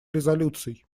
резолюций